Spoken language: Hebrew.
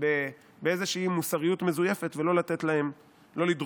באיזושהי מוסריות מזויפת ולא לדרוך.